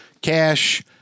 cash